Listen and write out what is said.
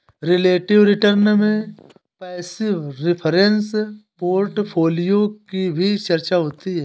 relative return में passive reference portfolio की भी चर्चा होती है